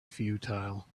futile